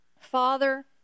Father